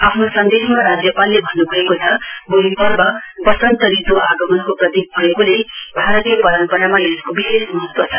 आफ्नो सन्देशमा राज्यपालले भन्नुभएको छ होली पर्व वसन्त ऋत् आगमनको प्रतीक भएकोले भारतीय परम्परामा यसको विशेष महत्व छ